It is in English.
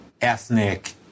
ethnic